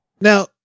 Now